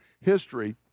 history